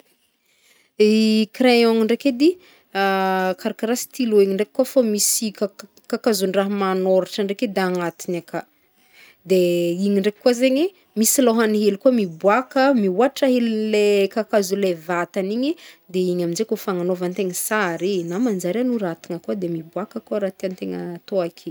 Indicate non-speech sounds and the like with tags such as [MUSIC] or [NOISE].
[HESITATION] I crayon ndraiky edy, [HESITATION] karakaraha stylo igny ndraiky kô fô misy kak- kakazondraha magnôratra ndraiky edy agnatigny aka, de [HESITATION] igny ndraiky koe zegny misy lôhany hely koa miboaka mihoatra helin'le kakazo le vatany igny de igny aminjay kaofa fagnagnaovantegna sary e na manjary hanoratana koa de fa miboaka koa raha tiantegna atao ake.